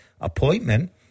appointment